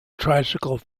tricycle